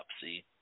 see